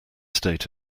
state